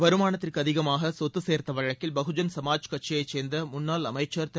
வருமானத்திற்கு அதிகமான சொத்து சேர்த்த வழக்கில் பகுஜன் சமாஜ்கட்சியைச் சேர்ந்த முன்னாள் அளமச்சர் திரு